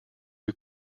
who